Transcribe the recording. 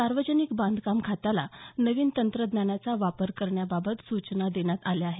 सार्वजनिक बांधकाम खात्याला नवीन तंत्रज्ञानाचा वापर करण्याबाबत सूचना देण्यात आल्या आहेत